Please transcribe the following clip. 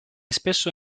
spesso